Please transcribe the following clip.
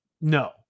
No